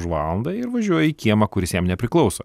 už valandą ir važiuoja į kiemą kuris jam nepriklauso